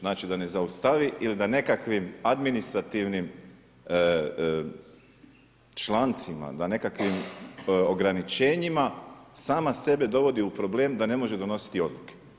Znači da ne zaustavi ili da nekakvim administrativnim člancima, da nekakvim ograničenjima sama sebe dovodi u problem da ne može donositi odluke.